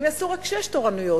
הם יעשו רק שש תורנויות.